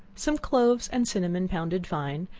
some cloves and cinnamon pounded fine,